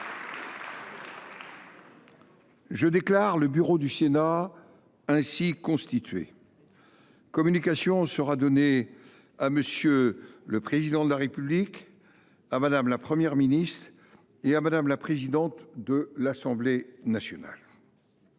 Je déclare le bureau du Sénat constitué. Communication en sera donnée à M. le Président de la République, à Mme la Première ministre et à Mme la présidente de l’Assemblée nationale.